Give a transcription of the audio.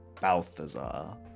Balthazar